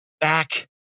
back